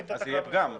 אז זה יהיה פגם.